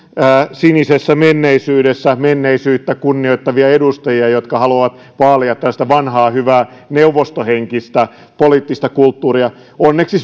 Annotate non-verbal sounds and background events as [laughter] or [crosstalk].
sinisessä menneisyydessä menneisyyttä kunnioittavia edustajia jotka haluavat vaalia tällaista vanhaa hyvää neuvostohenkistä poliittista kulttuuria onneksi [unintelligible]